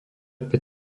päť